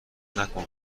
نکن